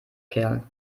kerl